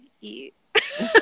eat